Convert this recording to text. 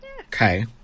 Okay